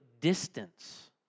distance